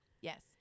Yes